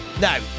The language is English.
now